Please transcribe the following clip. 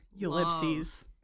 ellipses